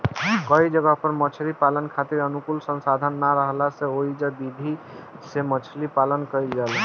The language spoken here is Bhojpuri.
कई जगह पर मछरी पालन खातिर अनुकूल संसाधन ना राहला से ओइजा इ विधि से मछरी पालन कईल जाला